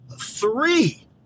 three